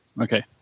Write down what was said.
Okay